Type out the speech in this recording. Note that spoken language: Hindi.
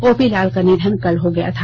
ओपी लाल का निधन कल हो गया था